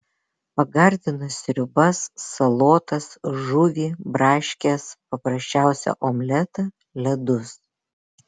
pagardina sriubas salotas žuvį braškes paprasčiausią omletą ledus